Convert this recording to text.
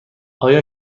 آیا